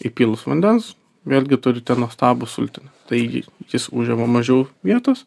įpylus vandens vėlgi turite nuostabų sultinį taigi jis užima mažiau vietos